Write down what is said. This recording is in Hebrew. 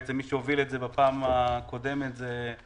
בעצם מי שהוביל את זה בפעם הקודמת זה אתה,